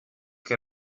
que